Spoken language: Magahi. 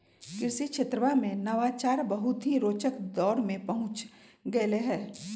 कृषि क्षेत्रवा में नवाचार बहुत ही रोचक दौर में पहुंच गैले है